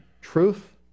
Truth